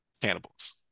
cannibals